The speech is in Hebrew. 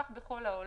כך זה בכל העולם.